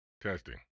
testing